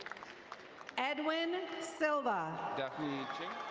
edwin silva. daphne cheng.